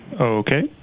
okay